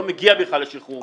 לא מגיע בכלל לשחרור מוקדם.